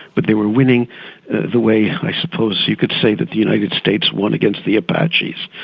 but they were winning the way i suppose you could say that the united states won against the apaches,